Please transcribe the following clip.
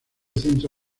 centro